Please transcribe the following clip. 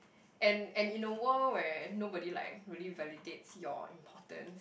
and and in a world where nobody like really validates your importance